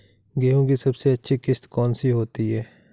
गेहूँ की सबसे अच्छी किश्त कौन सी होती है?